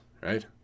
right